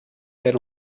elle